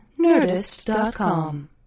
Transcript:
Nerdist.com